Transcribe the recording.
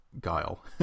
Guile